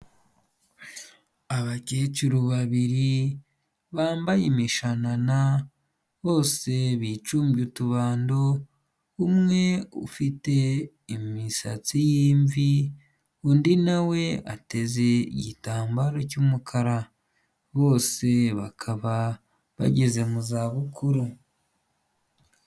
Abakecuru babiri bambaye imishanana bose bicumbye utubando, umwe ufite imisatsi y'imvi undi nawe atezeza igitambaro cy'umukara. Bose bakaba bageze mu za bukuru.